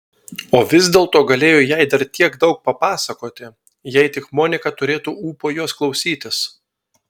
o vis dėlto galėjo jai dar tiek daug papasakoti jei tik monika turėtų ūpo jos klausytis